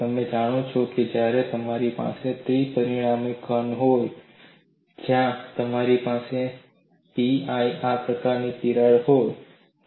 તમે જાણો છો કે જ્યારે તમારી પાસે ત્રિ પરિમાણીય ઘન હોય છે જ્યાં તમારી પાસે પેની આકારની તિરાડ હોય છે